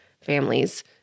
families